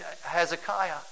Hezekiah